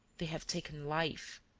they have taken life.